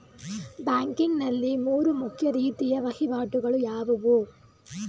Banking ನಲ್ಲಿ ಮೂರು ಮುಖ್ಯ ರೀತಿಯ ವಹಿವಾಟುಗಳು ಯಾವುವು?